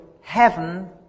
heaven